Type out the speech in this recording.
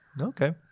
Okay